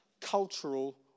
Cultural